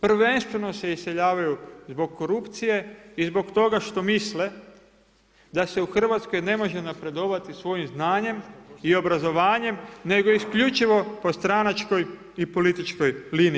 Prvenstveno se iseljavaju zbog korupcije i zbog toga što misle da se u Hrvatskoj ne može napredovati svojim znanjem i obrazovanjem, nego isključivo po stranačkoj i političkoj liniji.